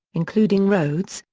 including roads,